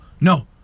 no